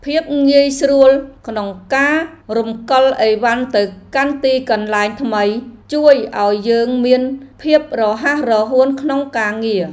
ភាពងាយស្រួលក្នុងការរំកិលឥវ៉ាន់ទៅកាន់ទីកន្លែងថ្មី ជួយឱ្យយើងមានភាពរហ័សរហួនក្នុងការងារ។